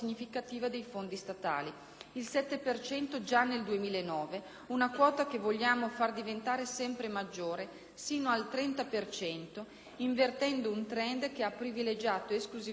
cento già nel 2009, una quota che vogliamo far diventare sempre maggiore, sino al 30 per cento, invertendo un *trend* che ha privilegiato esclusivamente la spesa storica.